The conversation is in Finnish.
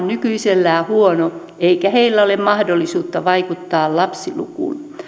nykyisellään huono eikä heillä ole mahdollisuutta vaikuttaa lapsilukuun